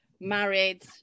married